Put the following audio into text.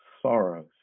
sorrows